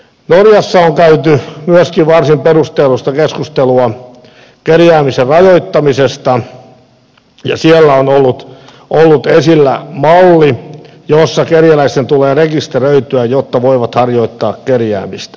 myöskin norjassa on käyty varsin perusteellista keskustelua kerjäämisen rajoittamisesta ja siellä on ollut esillä malli jossa kerjäläisten tulee rekisteröityä jotta voivat harjoittaa kerjäämistä